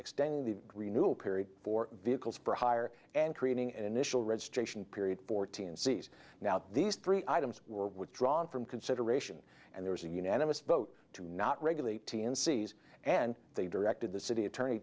extending the renewal period for vehicles for hire and creating an initial registration period fourteen sees now these three items were withdrawn from consideration and there was a unanimous vote to not regulate seas and they directed the city attorney